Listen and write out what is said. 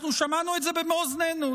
אנחנו שמענו את זה במו אוזנינו.